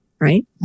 right